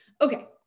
Okay